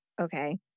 Okay